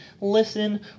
listen